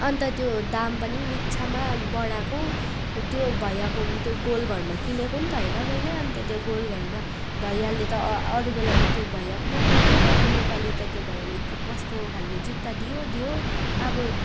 अन्त त्यो दाम पनि बिछ्छामा बडाको त्यो भैयाको त्यो गोल घरमा किनेकोन् त हैन मैले अन्त त्यो गोल घरमा भैयाले त अरू बेला मो त्यो भैयाकोमाइ किन्थेँ तर यो पाली त त्यो भैयाले केकोस्तो खालके जुत्ता दियो दियो आबो